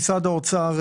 משרד האוצר,